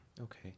Okay